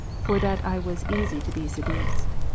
for that i was easy to be seduced.